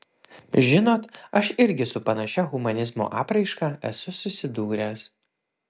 žinot aš irgi su panašia humanizmo apraiška esu susidūręs